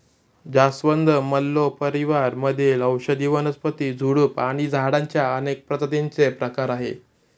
जास्वंद, मल्लो परिवार मधील औषधी वनस्पती, झुडूप आणि झाडांच्या अनेक प्रजातींचे प्रकार आहे